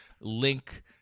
link